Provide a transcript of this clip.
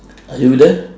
are you there